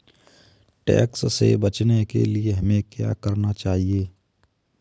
Tax से बचने के लिए हमें क्या करना चाहिए?